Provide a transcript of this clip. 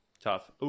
Tough